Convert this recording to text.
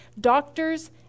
Doctors